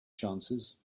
chances